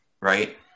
Right